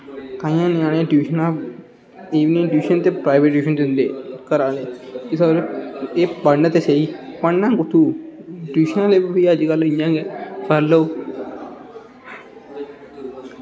इनेंगी जेह्ड़े ट्यूशनां इनेंगी ट्यूशन ते प्राईवेट ट्यूशन दिंदे घरा आह्ले एह् पढ़न ते स्हेई पढ़ना कुत्थें अज्जकल ट्यूशनां बी इंया गै फरलो